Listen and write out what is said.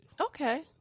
Okay